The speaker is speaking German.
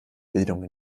bildung